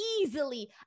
easily